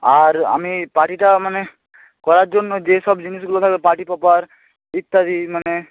আর আমি পার্টিটা মানে করার জন্য যে সব জিনিসগুলো ধরো পার্টি পপার ইত্যাদি মানে